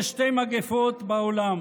יש שתי מגפות בעולם: